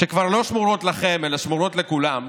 שכבר לא שמורות לכם אלא שמורות לכולם,